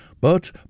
but